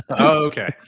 okay